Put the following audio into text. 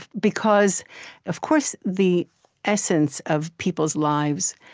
because of course, the essence of people's lives,